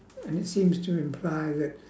and it seems to imply that